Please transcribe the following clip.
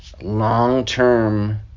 long-term